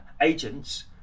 agents